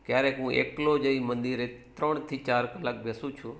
ક્યારેક હું એકલો જઈ મંદિરે ત્રણથી ચાર કલાક બેસું છું